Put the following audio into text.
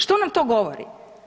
Što nam to govori?